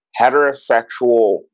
heterosexual